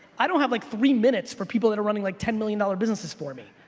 i don't have like three minutes for people that are running like ten millions dollar businesses for me.